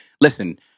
Listen